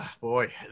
Boy